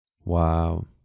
Wow